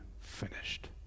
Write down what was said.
finished